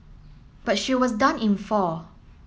but she was done in four